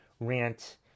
rant